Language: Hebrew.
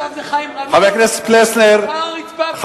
עכשיו זה חיים רמון, מחר הרצפה עקומה.